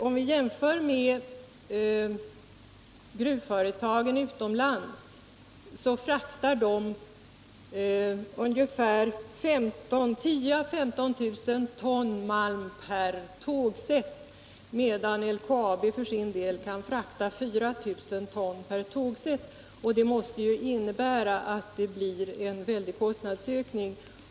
Om vi jämför med gruvföretagen utomlands, finner vi att de fraktar 10 000 å 15 000 ton malm per tågsätt, medan LKAB kan frakta 4 000 ton per tågsätt. Det måste ju innebära en väldig kostnadsökning.